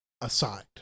aside